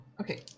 Okay